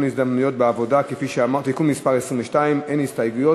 ההזדמנויות בעבודה (תיקון מס' 22); אין הסתייגויות,